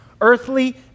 earthly